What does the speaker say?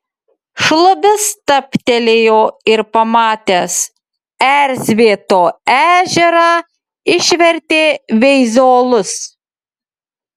šlubis stabtelėjo ir pamatęs erzvėto ežerą išvertė veizolus